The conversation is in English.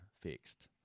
fixed